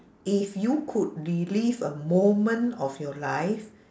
if you could relive a moment of your life